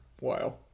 wow